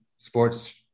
sports